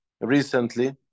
recently